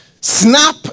Snap